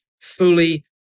fully